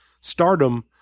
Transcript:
stardom